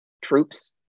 Troops